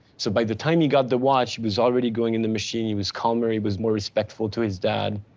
so by the time he got the watch, he was already going in the machine, he was calmer, he was more respectful to his dad.